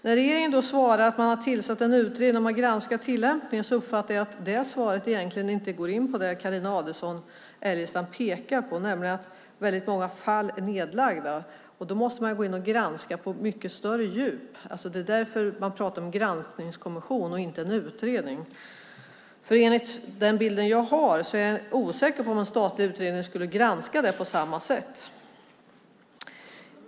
När regeringen svarar att man har tillsatt en utredning och har granskat tillämpningen uppfattar jag att svaret egentligen inte går in på det som Carina Adolfsson Elgestam pekar på, nämligen att väldigt många fall läggs ned. Då måste man gå in och granska med mycket större djup. Det är därför vi pratar om en granskningskommission och inte en utredning. Med den bild jag har är jag osäker på om en statlig utredning skulle granska detta på samma sätt.